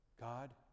God